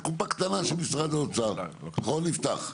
זו בעצם קופה קטנה של משרד האוצר, אנחנו לא נפתח.